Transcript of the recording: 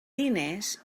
diners